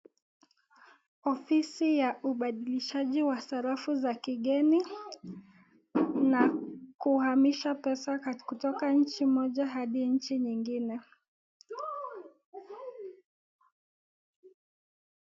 Ofisi ya ubadilishaji wa sarafu za kigeni na kuhamisha pesa kutoka nchi moja hadi nchi nyingine.